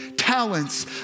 Talents